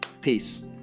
Peace